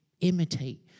imitate